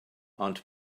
ond